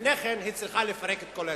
לפני כן היא צריכה לפרק את כל ההתנחלויות.